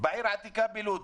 בעיר העתיקה בלוד.